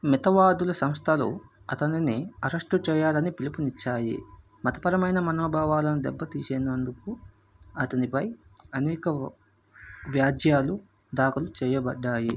మితవాదుల సంస్థలు అతనిని అరెస్టు చేయాలని పిలుపునిచ్చాయి మతపరమైన మనోభావాలను దెబ్బతీసేనందుకు అతనిపై అనేక వా వ్యాజ్యాలు దాఖలు చేయబడ్డాయి